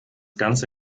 ganze